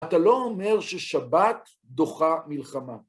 אתה לא אומר ששבת דוחה מלחמה.